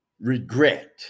regret